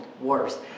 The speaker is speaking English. worse